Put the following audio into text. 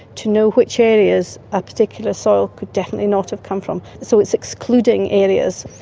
to know which areas a particular soil could definitely not have come from. so it's excluding areas,